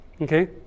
Okay